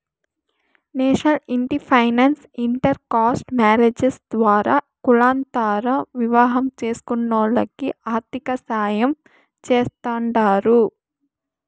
national ఇంటి finance inter caste marriages ద్వారా కులాంతర వివాహం చేస్కునోల్లకి ఆర్థికసాయం చేస్తాండారు